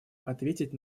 ответить